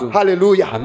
Hallelujah